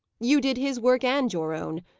you did his work and your own.